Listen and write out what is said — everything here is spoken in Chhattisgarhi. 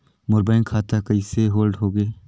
मोर बैंक खाता कइसे होल्ड होगे?